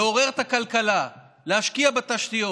לעורר את הכלכלה, להשקיע בתשתיות.